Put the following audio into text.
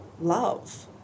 Love